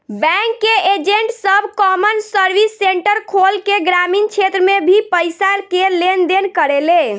bank के agent सब common service centre खोल के ग्रामीण क्षेत्र में भी पईसा के लेन देन करेले